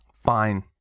fine